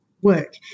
work